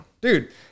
Dude